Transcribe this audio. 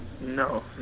No